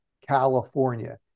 California